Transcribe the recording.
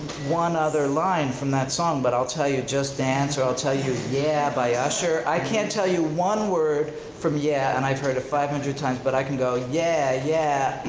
one other line from that song but i'll tell you just dance or i'll tell you yeah by usher. i can't tell you one word from yeah and i've heard it five hundred times, but i can go yeah yeah,